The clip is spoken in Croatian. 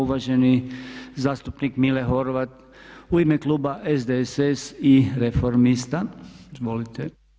Uvaženi zastupnik Mile Horvat u ime kluba SDSS-a i Reformista, izvolite.